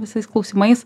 visais klausimais